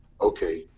okay